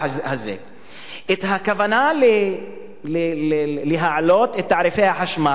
הכוונה להעלות את תעריפי החשמל,